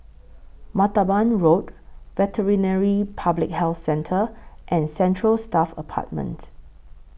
Martaban Road Veterinary Public Health Centre and Central Staff Apartment